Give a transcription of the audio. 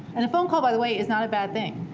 and a phone call, by the way, is not a bad thing.